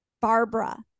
Barbara